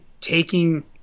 taking